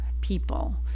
people